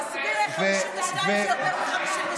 מיקי, רק תסביר איך 52 זה יותר מ-57.